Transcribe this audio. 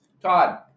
Todd